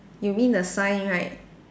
you mean the sign right